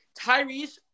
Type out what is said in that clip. Tyrese